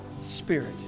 spirit